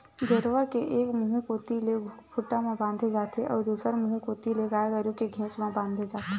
गेरवा के एक मुहूँ कोती ले खूंटा म बांधे जाथे अउ दूसर मुहूँ कोती ले गाय गरु के घेंच म बांधे जाथे